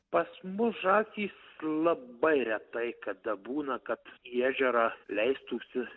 pas mus žąsys labai retai kada būna kad į ežerą leistųsi